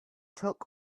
took